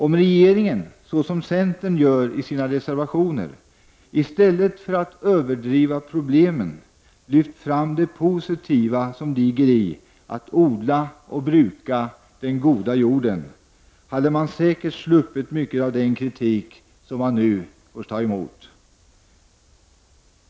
Om regeringen, såsom centern gör i sina resevationer, i stället för att överdriva problemen lyft fram det positiva som ligger i att odla och bruka den goda jorden hade man säkert sluppit mycket av den kritik som den nu fått ta emot.